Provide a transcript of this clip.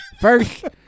First